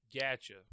Gotcha